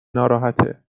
ناراحته